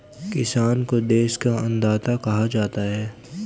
किसान को देश का अन्नदाता कहा जाता है